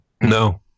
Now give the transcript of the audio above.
No